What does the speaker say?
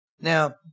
Now